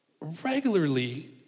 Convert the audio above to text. regularly